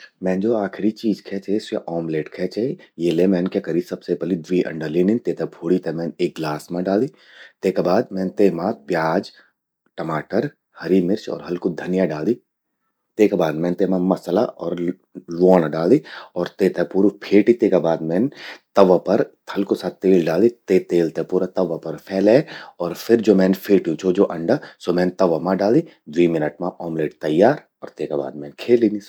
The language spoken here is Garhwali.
मैन ज्वो आखिरी चीज खै छे, स्या ऑमलेट खे छे। ये ले मैन क्या करि सबसि पलि द्वी अंडा लीनिन, ते ते फ्वोड़ि ते मैन एक गिलास मां डालि। तेका मैन तेमा प्याज, टमाटर, हरि मिर्च अर हल्कु धनिया डालि। तेका बाद मैन तेमा मसाला अर ल्वोण डालि और तेते पूरू फेटि। तेका बाद मैन तवा पर हल्कू सू तेल डालि। ते तेल ते मैन पूरा तवा पर फैले और फिर ज्वो मैन फेट्यूं छो ज्वो अंडा, स्वो मैन तवा मां ड़ालि। द्वी मिनट मां ऑमलेट तैयार अर तेका बाद मैन खेलि भि स्वो।